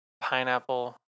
pineapple